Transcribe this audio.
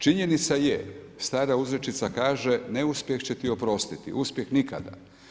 Činjenica je, stara uzrečica kaže, neuspjeh će ti oprostiti, uspjeh nikada.